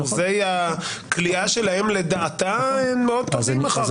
אחוזי הקליעה שלהם לדעתה הם מאוד טובים אחר כך.